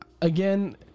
Again